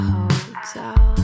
Hotel